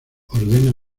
ordena